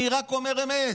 אני רק אומר אמת.